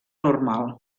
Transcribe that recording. normal